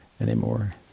anymore